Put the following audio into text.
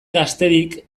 gaztedik